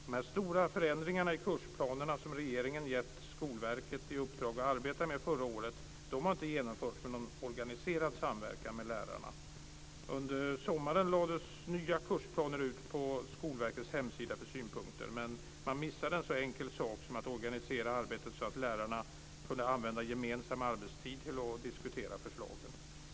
De stora förändringar i kursplanerna som regeringen förra året gav Skolverket i uppdrag att arbeta med har inte genomförts med någon organiserad samverkan med lärarna. Under sommaren lades nya kursplaner ut på Skolverkets hemsida för synpunkter, men man missade en så enkel sak som att organisera arbetet så att lärarna kunde använda gemensam arbetstid till att diskutera förslagen.